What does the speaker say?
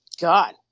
God